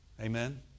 Amen